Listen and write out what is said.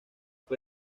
fue